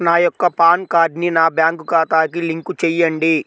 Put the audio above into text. నా యొక్క పాన్ కార్డ్ని నా బ్యాంక్ ఖాతాకి లింక్ చెయ్యండి?